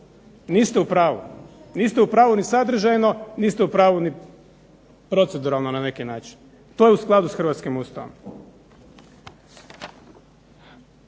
niste u pravu. Niste u pravu ni sadržajno, niste u pravu ni proceduralno na neki način. To je u skladu sa hrvatskim Ustavom.